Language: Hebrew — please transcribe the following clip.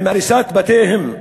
תפסיק את הריסת בתיהם,